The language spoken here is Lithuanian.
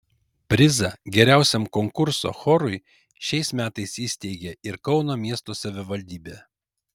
prizą geriausiam konkurso chorui šiais metais įsteigė ir kauno miesto savivaldybė